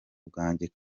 bwanjye